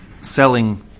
selling